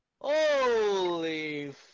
Holy